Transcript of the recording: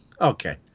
Okay